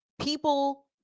people